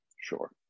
Sure